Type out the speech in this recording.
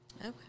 Okay